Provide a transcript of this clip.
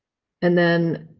and then,